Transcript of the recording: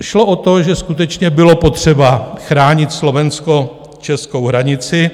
Šlo o to, že skutečně bylo potřeba chránit slovenskočeskou hranici.